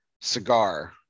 cigar